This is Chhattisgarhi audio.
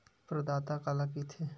प्रदाता काला कइथे?